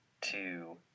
two